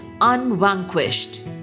unvanquished